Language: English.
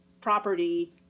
property